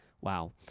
Wow